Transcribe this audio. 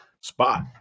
spot